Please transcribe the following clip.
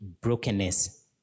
brokenness